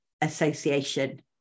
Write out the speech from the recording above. Association